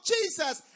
Jesus